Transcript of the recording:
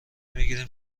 میگیریم